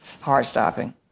heart-stopping